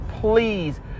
please